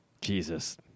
jesus